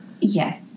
Yes